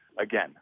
again